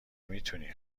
میتونی